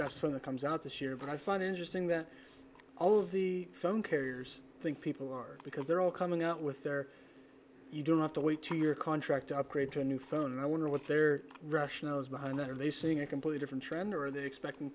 that comes out this year but i find it interesting that all of the phone carriers think people are because they're all coming out with their you don't have to wait to your contract to upgrade to a new phone and i wonder what their rationale is behind that are they seeing a completely different trend or are they expecting